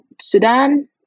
Sudan